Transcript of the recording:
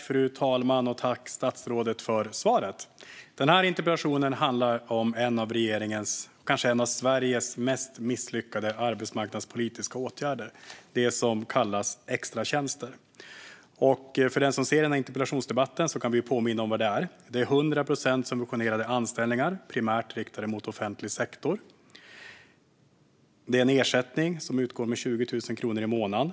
Fru talman! Tack, statsrådet, för svaret! Denna interpellation handlar om en av regeringens, och kanske en av Sveriges, mest misslyckade arbetsmarknadspolitiska åtgärder, nämligen extratjänster. Vi kan påminna den som tittar på denna interpellationsdebatt om vad extratjänster är. Det är 100 procent subventionerade anställningar, primärt riktade mot offentlig sektor. En ersättning utgår med 20 000 kronor i månaden.